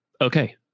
Okay